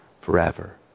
forever